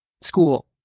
school